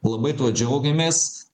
labai tuo džiaugiamės